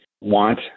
want